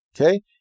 Okay